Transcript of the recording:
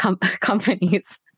companies